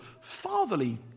fatherly